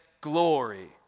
glory